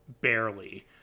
barely